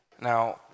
Now